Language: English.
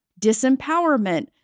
disempowerment